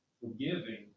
forgiving